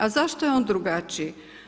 A zašto je on drugačiji?